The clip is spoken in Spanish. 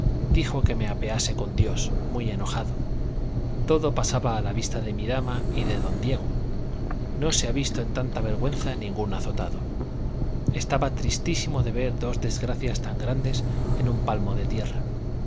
dijo que me apease con dios muy enojado todo pasaba a vista de mi dama y de don diego no se ha visto en tanta vergüenza ningún azotado estaba tristísimo de ver dos desgracias tan grandes en un palmo de tierra